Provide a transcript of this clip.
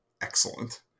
excellent